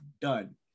done